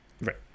right